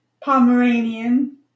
Pomeranian